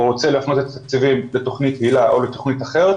או רוצה להפנות את התקציבים לתוכנית היל"ה או לתוכנית אחרת,